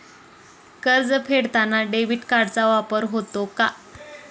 कर्ज फेडताना डेबिट कार्डचा वापर होतो का?